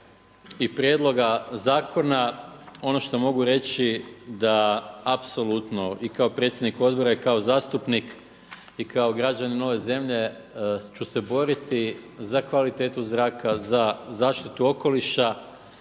i prijedloga zakona ono što mogu reći da apsolutno i kao predsjednik odbora i kao zastupnik i kao građanin ove zemlje ću se boriti za kvalitetu zraka, za zaštitu okoliša